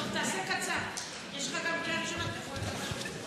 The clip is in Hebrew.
ותעבור לדיון בוועדת החוקה,